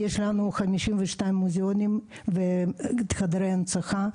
יש לנו 52 מוזאונים וחדרי הנצחה,